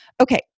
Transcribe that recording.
okay